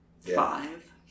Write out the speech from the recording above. five